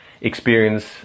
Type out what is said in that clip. experience